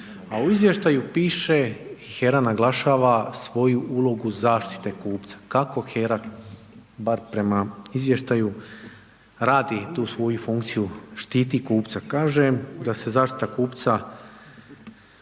A u izvještaju piše, HERA naglašava svoju ulogu zaštite kupca, kako HERA, bar prema izvještaju radi tu svoju funkciju, štiti kupca. Kaže, da se zaštita kupaca